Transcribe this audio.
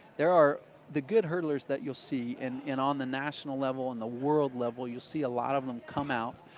there are the good hurdlers that you'll see and and on the national level and the world level, you'll see a lot of them come out.